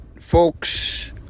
Folks